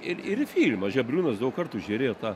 ir ir į filmą žebriūnas daug kartų žiūrėjo tą